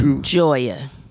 Joya